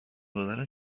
دادن